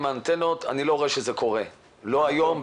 האנטנות אני לא רואה שזה קורה לא היום,